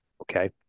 okay